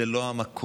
זה לא המקום.